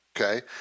okay